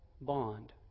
bond